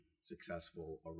successful